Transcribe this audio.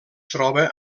troba